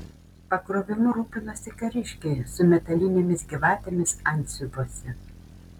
pakrovimu rūpinosi kariškiai su metalinėmis gyvatėmis antsiuvuose